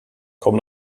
komm